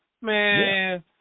Man